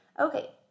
okay